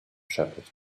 shepherds